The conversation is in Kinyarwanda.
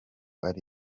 ari